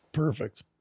Perfect